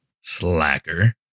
Slacker